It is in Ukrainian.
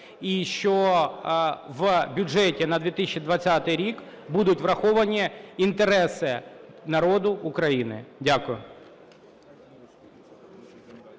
і що в бюджеті на 2020 рік будуть враховані інтереси народу України. Дякую.